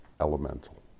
elemental